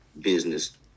business